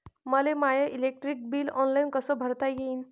मले माय electric bill online कस भरता येईन?